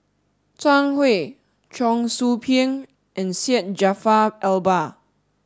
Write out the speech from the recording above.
Zhang Hui Cheong Soo Pieng and Syed Jaafar Albar